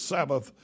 Sabbath